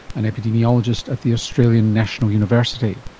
an epidemiologist at the australian national university.